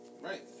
Right